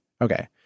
okay